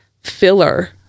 filler